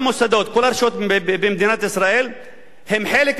כל הרשויות במדינת ישראל הם חלק אינטגרלי של